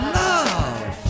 love